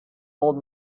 old